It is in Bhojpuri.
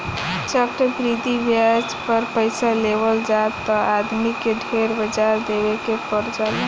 चक्रवृद्धि ब्याज पर पइसा लेवल जाए त आदमी के ढेरे ब्याज देवे के पर जाला